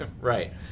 Right